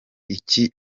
iki